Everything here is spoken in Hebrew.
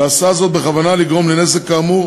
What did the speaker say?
ועשה זאת בכוונה לגרום לנזק כאמור,